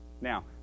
Now